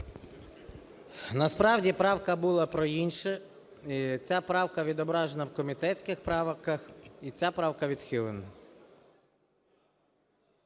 Насправді правка була про інше. Ця правка відображена в комітетських правках, і ця правка відхилена.